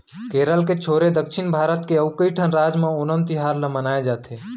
केरल के छोरे दक्छिन भारत के अउ कइठन राज म ओनम तिहार ल मनाए जाथे